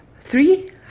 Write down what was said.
Three